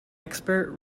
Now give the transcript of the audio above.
expert